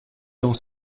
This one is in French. dans